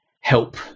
help